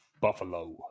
Buffalo